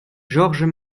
georges